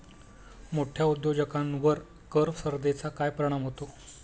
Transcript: मोठ्या उद्योजकांवर कर स्पर्धेचा काय परिणाम होतो?